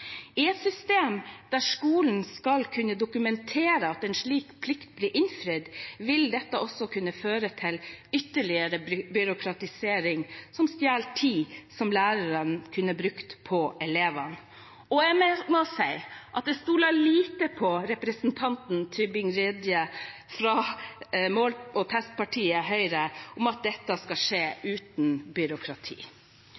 I et system der skolen skal kunne dokumentere at en slik plikt blir innfridd, vil dette også kunne føre til ytterligere byråkratisering som stjeler tid som lærerne kunne brukt på elevene. Jeg må også si at jeg stoler lite på representanten Tybring-Gjedde fra mål- og testpartiet Høyre som sier at dette skal skje